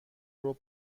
ربع